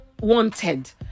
wanted